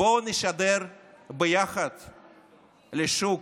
בואו נשדר ביחד לשוק,